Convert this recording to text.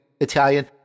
Italian